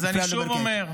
זה דוח של הוועדה.